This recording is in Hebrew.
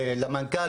למנכ"ל,